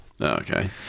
Okay